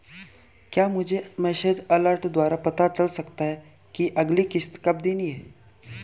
क्या मुझे message alert द्वारा पता चल सकता कि अगली किश्त कब देनी है?